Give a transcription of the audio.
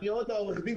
האם